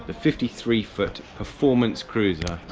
fifty three foot performance cruiser